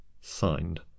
signed